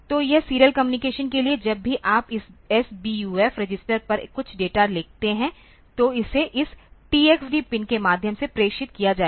तो यह serial communication के लिए जब भी आप इस SBUF रजिस्टर पर कुछ डेटा लिखते हैं तो इसे इस TXD पिन के माध्यम से प्रेषित किया जाएगा